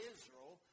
Israel